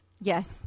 yes